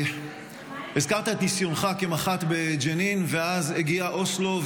הזכרת את ניסיונך כמח"ט בג'נין, ואז הגיע אוסלו.